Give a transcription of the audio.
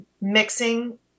mixing